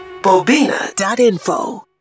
bobina.info